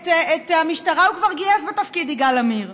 את המשטרה הוא כבר גייס בתפקיד יגאל עמיר.